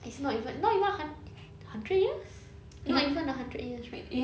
it's not even not even hun~ hundred years not even a hundred years right